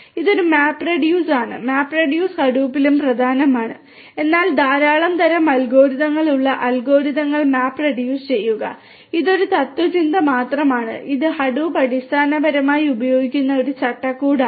ഇത് ഒരു map reduce ആണ് മാപ്റെഡ്യൂസ് ഹഡൂപ്പിലും പ്രധാനമാണ് എന്നാൽ ധാരാളം തരം അൽഗോരിതങ്ങൾ ഉള്ള അൽഗോരിതങ്ങൾ മാപ് റിഡ്യൂസ് ചെയ്യുക ഇത് ഒരു തത്ത്വചിന്ത മാത്രമാണ് ഇത് ഹഡൂപ്പ് അടിസ്ഥാനപരമായി ഉപയോഗിക്കുന്ന ഒരു ചട്ടക്കൂടാണ്